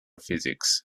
physics